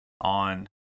on